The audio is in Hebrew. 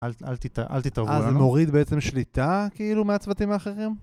אל תתערבו עליו. אז מוריד בעצם שליטה כאילו מהצוותים האחרים?